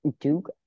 Duke